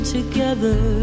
together